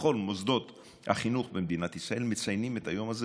בכל מוסדות החינוך במדינת ישראל מציינים את היום הזה